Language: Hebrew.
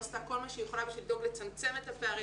עשתה כל מה שהיא יכולה כדי לצמצם את הפערים,